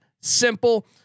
simple